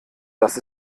dass